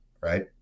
right